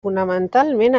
fonamentalment